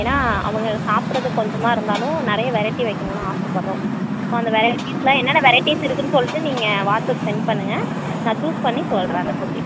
ஏனால் அவங்க சாப்பிட்றது கொஞ்சமாக இருந்தாலும் நிறைய வெரைட்டி வைக்கணுன்னு ஆசை படுறோம் ஸோ அந்த வெரைட்டிஸ்லாம் என்னென்ன வெரைட்டிஸ் இருக்குதுன்னு சொல்லிட்டு நீங்கள் வாட்ஸ்அப் செண்ட் பண்ணுங்கள் நான் சூஸ் பண்ணி சொல்கிறேன் ரெஸிப்பி